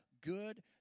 good